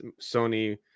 Sony